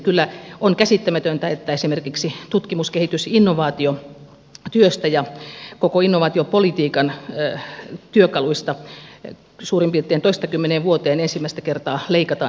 kyllä on käsittämätöntä että esimerkiksi tutkimus kehitys ja innovaatiotyöstä ja koko innovaatiopolitiikan työkaluista suurin piirtein toistakymmeneen vuoteen ensimmäistä kertaa leikataan niin rajusti